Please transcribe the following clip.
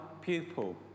pupil